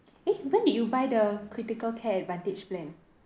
eh when did you buy the critical care advantage plan